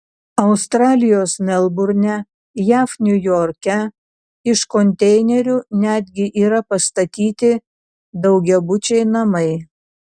australijos melburne jav niujorke iš konteinerių netgi yra pastatyti daugiabučiai namai